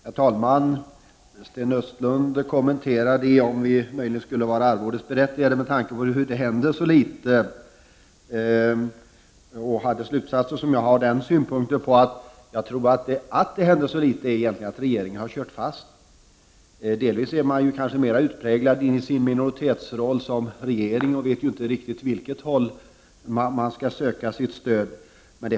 Herr talman! Sten Östlund undrade om vi borde vara arvodesberättigade med tanke på att det händer så litet. Jag har den synpunkten på hans slutsat ser att skälet till att det händer så litet nog är att regeringen har kört fast. I sin minoritetsroll tycks inte regeringen veta åt vilket håll den skall vända sig för att söka stöd.